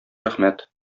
рәхмәт